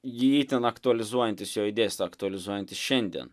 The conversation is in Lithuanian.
jį itin aktualizuojantis jo idėjas aktualizuojantis šiandien